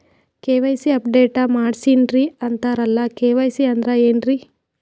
KYC update ಮಾಡಸ್ರೀ ಅಂತರಲ್ಲ KYC ಅಂದ್ರ ಏನ್ರೀ?